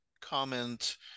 comment